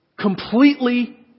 Completely